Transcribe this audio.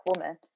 woman